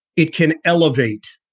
it can elevate